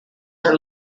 are